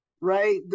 right